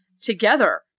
together